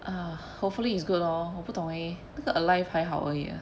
ah hopefully it's good lor 我不懂 eh 那个 alive 还好而已 ah